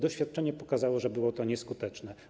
Doświadczenie pokazało, że było to nieskuteczne.